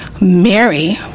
Mary